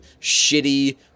shitty